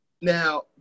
Now